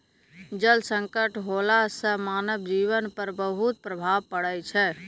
जल संकट होला सें मानव जीवन पर बहुत प्रभाव पड़ै छै